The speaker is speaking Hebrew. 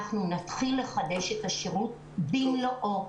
אנחנו נתחיל לחדש את השירות במלואו.